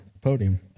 podium